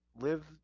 live